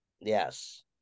Yes